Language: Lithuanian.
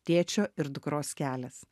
tėčio ir dukros kelias